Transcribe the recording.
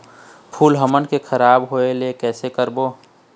फूल हमन के खराब होए ले कैसे रोकबो?